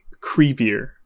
creepier